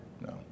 No